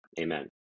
Amen